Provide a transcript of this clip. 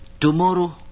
Tomorrow